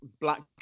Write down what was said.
Black